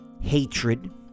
hatred